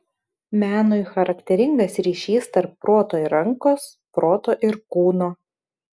menui charakteringas ryšys tarp proto ir rankos proto ir kūno